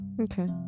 Okay